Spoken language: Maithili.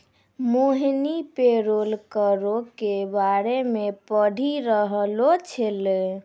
मोहिनी पेरोल करो के बारे मे पढ़ि रहलो छलै